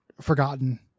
forgotten